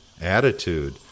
attitude